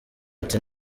ati